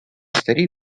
старі